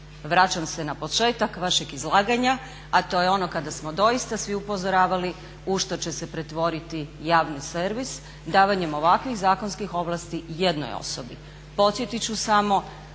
Vraćam se na početak vašeg izlaganja, a to je ono kada smo doista svi upozoravali u što će se pretvoriti javni servis davanjem ovakvih zakonskih ovlasti jednoj osobi.